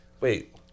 Wait